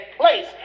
place